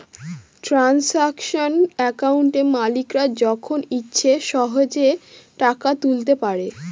transaction একাউন্টে মালিকরা যখন ইচ্ছে সহেজে টাকা তুলতে পারে